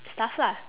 stuff lah